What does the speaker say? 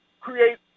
create